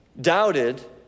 doubted